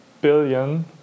billion